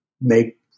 make